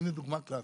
הנה דוגמה קלאסית,